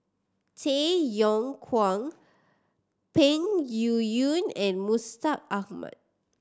Tay Yong Kwang Peng Yuyun and Mustaq Ahmad